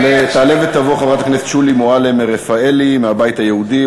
תעלה ותבוא חברת הכנסת שולי מועלם-רפאלי מהבית היהודי,